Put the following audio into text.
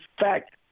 fact